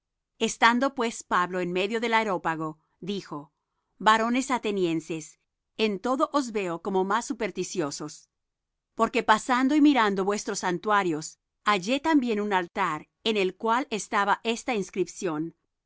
estando pues pablo en medio del areópago dijo varones atenienses en todo os veo como más superticiosos porque pasando y mirando vuestros santuarios hallé también un altar en el cual estaba esta inscripción